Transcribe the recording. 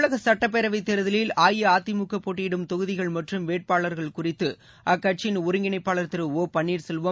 தமிழகசட்டப்பேரவைத் தேர்தலில் அஇஅதிமுகபோட்டியிடும் தொகுதிகள் மற்றும் வேட்பாளர்கள் குறித்துஅக்கட்சியின் ஒருங்கிணைப்பாளர் திரு ஒ பன்னீர்செல்வம்